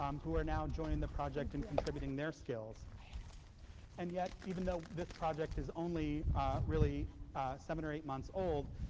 um who are now joining the project and contributing their skills and yet even though this project is only really seven or eight months old,